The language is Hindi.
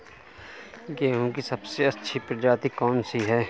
गेहूँ की सबसे अच्छी प्रजाति कौन सी है?